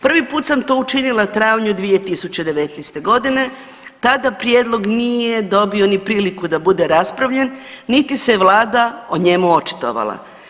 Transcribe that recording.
Prvi put sam to učinila u travnju 2019. godine, tada prijedlog nije dobio ni priliku da bude raspravljen, niti se Vlada o njemu očitovala.